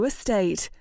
Estate